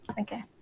Okay